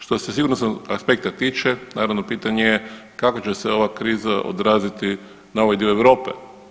Što se sigurnosnog aspekta tiče naravno pitanje je kako će se ova kriza odraziti na ovaj dio Europe.